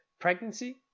pregnancy